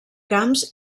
camps